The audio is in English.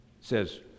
says